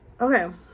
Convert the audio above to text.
okay